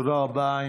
תודה רבה.